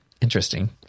Interesting